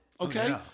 okay